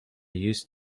used